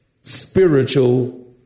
spiritual